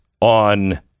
on